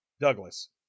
douglas